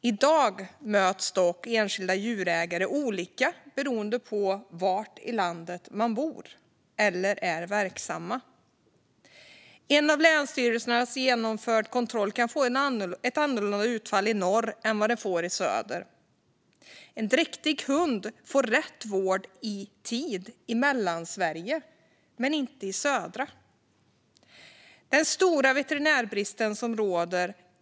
I dag bemöts dock enskilda djurägare olika beroende på var i landet de bor eller är verksamma. En av länsstyrelsen genomförd kontroll kan få ett annorlunda utfall i norr än den får i söder. En dräktig hund får rätt vård i tid i Mellansverige men inte i södra Sverige på grund av den stora veterinärbrist som råder.